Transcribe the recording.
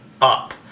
Up